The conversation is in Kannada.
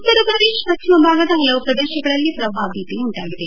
ಉತ್ತರ ಪ್ರದೇಶ ಪಶ್ಚಿಮ ಭಾಗದ ಹಲವು ಪ್ರದೇಶಗಳಲ್ಲಿ ಪ್ರವಾಹ ಭೀತಿ ಉಂಟಾಗಿದೆ